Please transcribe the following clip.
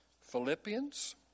Philippians